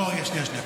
לא, שנייה, שנייה.